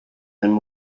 than